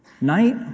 Night